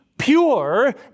pure